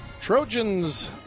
Trojans